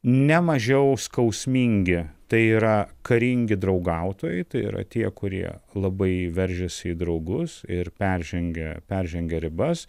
ne mažiau skausmingi tai yra karingi draugautojai tai yra tie kurie labai veržiasi į draugus ir peržengia peržengia ribas